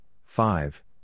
five